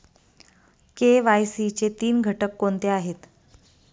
KYC चे तीन घटक कोणते आहेत?